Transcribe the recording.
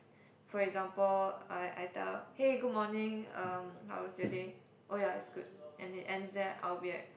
for example I I tell hey good morning um how was your day oh ya it's good and it ends there I will be like